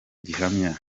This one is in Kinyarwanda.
gihamya